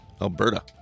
Alberta